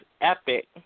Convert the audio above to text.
epic